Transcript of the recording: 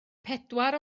pedwar